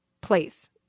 place